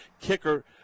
Kicker